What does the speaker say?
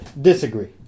disagree